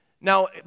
Now